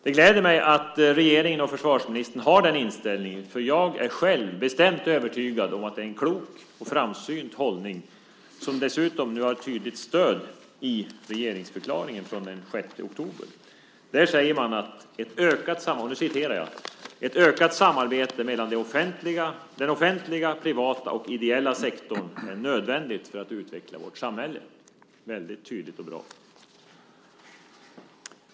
Det gläder mig att regeringen och försvarsministern har denna inställning eftersom jag själv är bestämt övertygad om att det är en klok och framsynt hållning som dessutom nu har tydligt stöd i regeringsförklaringen från den 6 oktober. Där sägs: "Ett ökat samarbete mellan den offentliga, privata och ideella sektorn är nödvändigt för att utveckla vårt samhälle." Det är väldigt tydligt och bra.